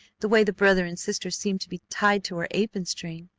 the way the brother and sister seemed to be tied to her apron-string.